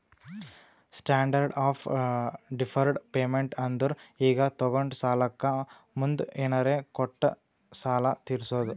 standard of deferred payment ಅಂದುರ್ ಈಗ ತೊಗೊಂಡ ಸಾಲಕ್ಕ ಮುಂದ್ ಏನರೇ ಕೊಟ್ಟು ಸಾಲ ತೀರ್ಸೋದು